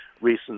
recent